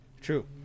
True